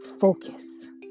focus